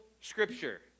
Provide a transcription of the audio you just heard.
Scripture